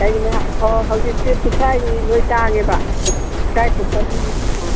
ꯑꯣ ꯍꯧꯖꯤꯛꯇꯤ ꯄꯤꯊ꯭ꯔꯥꯏꯖꯤ ꯂꯣꯏ ꯇꯥꯡꯉꯦꯕ ꯄꯤꯊ꯭ꯔꯥꯏ ꯄꯨꯈꯝ ꯑꯥ